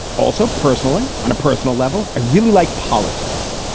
also, personally, on a personal level, i really like politics,